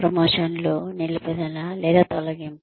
ప్రమోషన్లు నిలుపుదల లేదా తొలగింపు